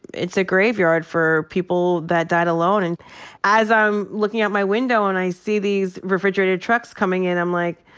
it's a graveyard for people that died alone. and as i'm looking out my window and i see these refrigerated trucks coming in, i'm like,